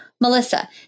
Melissa